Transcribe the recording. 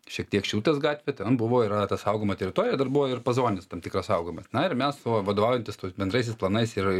šiek tiek šilutės gatvę ten buvo yra ta saugoma teritorija dar buvo ir pozonis tam tikras saugomas na ir mes vadovaujantis bendraisiais planais ir